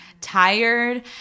tired